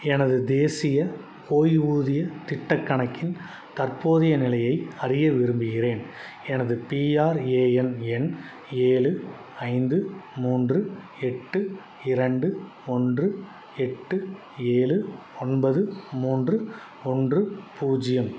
எனது தேசிய ஓய்வூதியத் திட்டக் கணக்கின் தற்போதைய நிலையை அறிய விரும்புகிறேன் எனது பிஆர்ஏஎன் எண் ஏழு ஐந்து மூன்று எட்டு இரண்டு ஒன்று எட்டு ஏழு ஒன்பது மூன்று ஒன்று பூஜ்ஜியம்